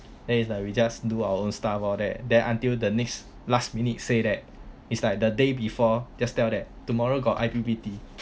then it's like we just do our own stuff oh there then until the next last minute say that it's like the day before just tell that tomorrow got I_P_P_T